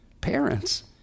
Parents